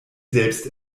selbst